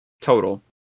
total